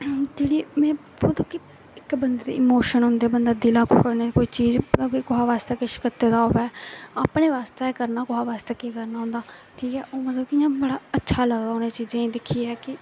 जेह्ड़ी में मतलब कि इक बंदे दे इमोशन होंदे बंदा दिला तूं कोई चीज अगर कुसा बास्तै किश कीते दा होऐ अपने बास्तै करना कोहा बास्तै केह् करना होंदा ठीक ऐ ओह् मतलब कि इ'यां बड़ा अच्छा लगदा उ'नें चीजें गी दिक्खियै कि